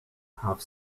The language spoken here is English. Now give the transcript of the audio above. have